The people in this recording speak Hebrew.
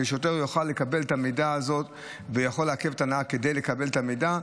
ששוטר יוכל לקבל את המידע הזה ויוכל לעכב את הנהג כדי לקבל את המידע,